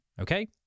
Okay